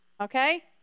Okay